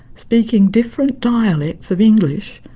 speaking different dialects of english,